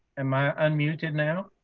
am i unmuted now?